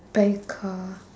buy a car